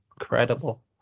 incredible